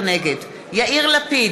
נגד יאיר לפיד,